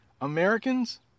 Americans